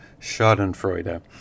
schadenfreude